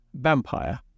Vampire